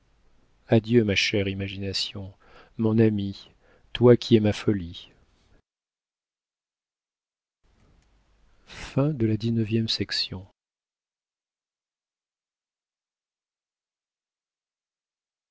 adieu ma chère imagination mon amie toi qui es ma folie